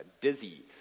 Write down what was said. dizzy